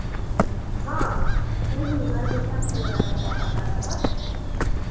हाँ नहीं हर हमेशा खुला रहता है बाबा का दरबार